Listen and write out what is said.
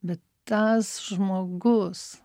bet tas žmogus